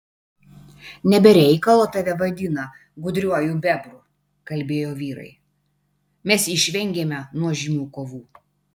ne be reikalo tave vadina gudriuoju bebru kalbėjo vyrai mes išvengėme nuožmių kovų